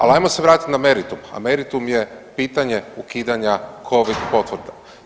Ali hajmo se vratiti na meritum, a meritum je pitanje ukidanja covid potvrda.